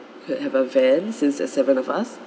could have a van since there's seven of us